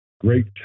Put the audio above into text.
great